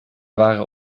waren